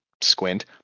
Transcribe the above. squint